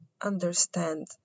understand